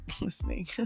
listening